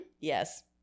yes